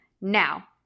Now